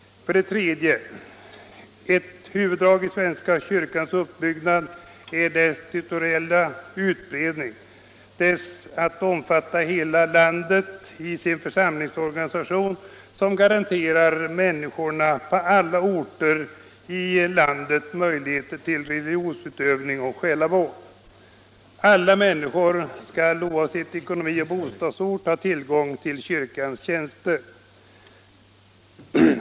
3. Ett huvuddrag i svenska kyrkans uppbyggnad är även dess territoriella utbredning, dess hela landet omfattande församlingsorganisation, som garanterar alla människor på alla orter möjlighet till religionsutövning och själavård. Alla människor skall, oavsett ekonomi och bostadsort, ha tillgång till kyrkans tjänster.